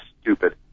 stupid